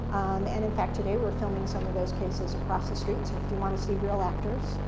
and, in fact, today we're filming some of those cases across the street, so if you want to see real actors,